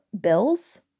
bills